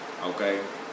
Okay